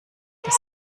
das